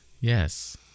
Yes